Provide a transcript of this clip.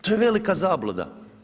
To je velika zabluda.